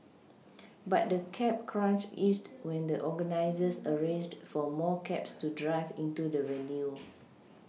but the cab crunch eased when the organisers arranged for more cabs to drive into the venue